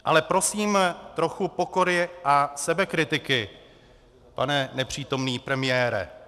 Ale prosím trochu pokory a sebekritiky, pane nepřítomný premiére.